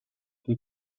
qui